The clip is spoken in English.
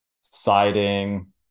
siding